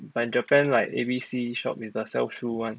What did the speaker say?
but in japan right A_B_C shop is the sell shoe [one]